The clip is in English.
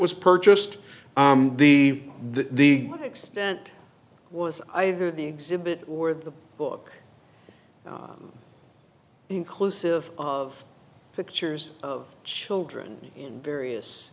was purchased the the extent was either the exhibit or the book inclusive of pictures of children in various